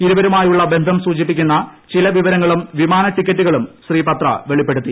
ഇരുവരുമായുള്ള ബന്ധം സൂചിപ്പിക്കുന്ന ചില വിവരങ്ങളും വിമാന ടിക്കറ്റുകളും ശ്രീപത്ര വെളിപ്പെടുത്തി